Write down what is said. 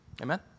amen